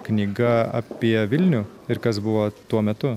knyga apie vilnių ir kas buvo tuo metu